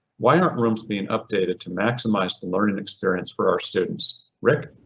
why aren't rooms being updated to maximize the learning experience for our students, rick?